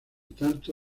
tanto